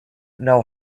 know